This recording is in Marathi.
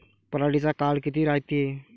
पराटीचा काळ किती रायते?